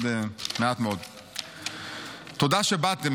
תודה שבאתם,